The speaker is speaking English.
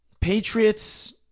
Patriots